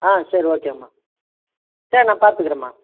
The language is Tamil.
ஆ சரி ஓகேமா சரி நான் பார்த்துக்குறேன்மா